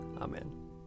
Amen